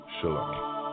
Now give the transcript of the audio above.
Shalom